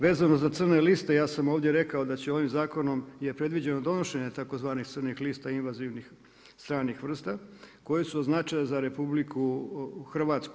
Vezano za crne liste, ja sam ovdje rekao, da će ovim zakonom je predviđeno donošenje tzv. crnih lista invazivnih stranih vrsta koji su od značaja za RH.